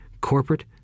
corporate